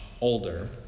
older